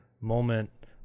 moment